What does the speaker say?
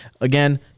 Again